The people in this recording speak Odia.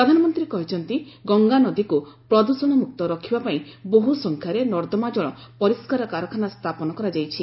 ପ୍ରଧାନମନ୍ତ୍ରୀ କହିଛନ୍ତିଗଙ୍ଗାନଦୀକୁ ପ୍ରଦୃଷଣମୁକ୍ତ ରଖିବା ପାଇଁ ବହୁସଂଖ୍ୟାରେ ନର୍ଦ୍ଦମା ଜଳ ପରିଷ୍କାର କାରଖାନା ସ୍ଥାପନ କରାଯାଇଛି